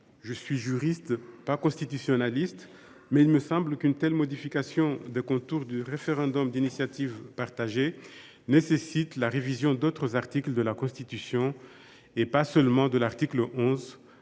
je ne suis pas constitutionnaliste, mais il me semble qu’une telle modification des contours du référendum d’initiative partagée nécessite la révision d’autres articles de la Constitution, au delà de l’article 11,